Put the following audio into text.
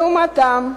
לעומתם,